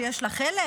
שיש לה חלק,